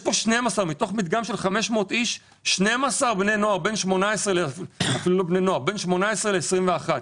מתוך מדגם של 500 איש יש רק 12 שהם בין 18 ל-21.